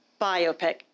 biopic